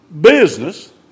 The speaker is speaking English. business